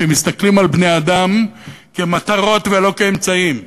שמסתכלים על בני-אדם כמטרות ולא כאמצעים,